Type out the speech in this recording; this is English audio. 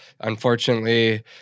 Unfortunately